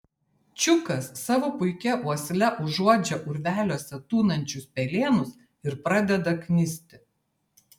čiukas savo puikia uosle užuodžia urveliuose tūnančius pelėnus ir pradeda knisti